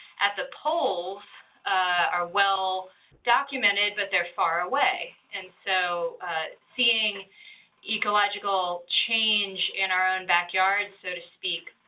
at the poles are well documented, but they're far away. and so seeing ecological change in our own backyard so to speak,